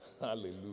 Hallelujah